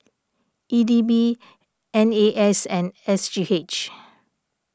E D B N A S and S G H